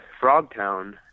Frogtown